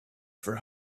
for